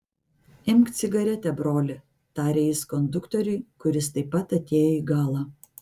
imk cigaretę broli tarė jis konduktoriui kuris taip pat atėjo į galą